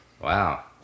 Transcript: Wow